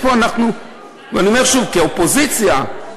אני אומר שוב, כאופוזיציה,